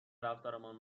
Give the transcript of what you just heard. رفتارمان